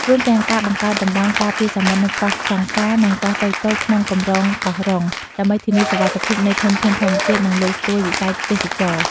រួមទាំងការបង្កើតតំបន់ការពារសមុទ្រនៅកោះសង្សារ និងកោះតូចៗក្នុងកម្រងកោះរុង ដើម្បីធានាសុវត្ថិភាពនៃធនធានធម្មជាតិ និងលើកស្ទួយវិស័យទេសចរណ៍។